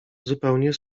zupełnie